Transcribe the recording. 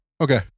Okay